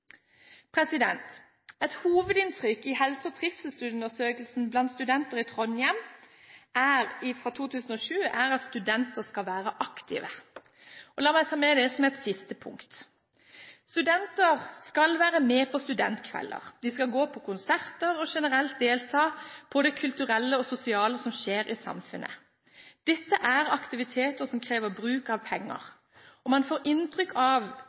Et hovedinntrykk i helse- og trivselsundersøkelsen blant studenter i Trondheim fra 2007 er at studenter skal være aktive. La meg få med det som et siste punkt: Studenter skal være med på studentkvelder, de skal gå på konserter og generelt delta i det kulturelle og sosiale som skjer i samfunnet. Dette er aktiviteter som krever bruk av penger, og man får inntrykk av